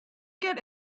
get